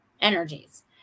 energies